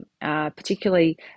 particularly